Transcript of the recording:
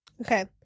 Okay